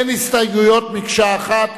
אין הסתייגויות, מקשה אחת.